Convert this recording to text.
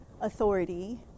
authority